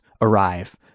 arrive